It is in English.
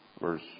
Verse